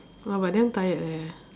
!wah! but damn tired eh